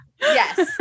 Yes